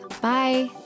Bye